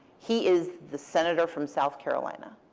he is the senator from south carolina.